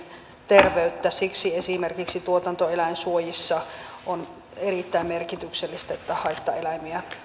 terveyttä siksi esimerkiksi tuotantoeläinsuojissa on erittäin merkityksellistä että haittaeläimiä